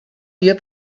wir